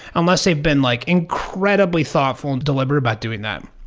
unless they've been like incredibly thoughtful and deliberate about doing that.